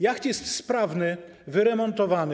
Jacht jest sprawny, wyremontowany.